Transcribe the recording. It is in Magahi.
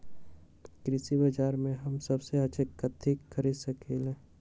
कृषि बाजर में हम सबसे अच्छा कथि खरीद सकींले?